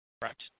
correct